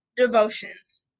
devotions